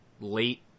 late